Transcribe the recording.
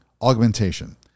augmentation